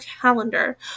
calendar